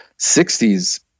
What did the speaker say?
60s